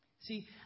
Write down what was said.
See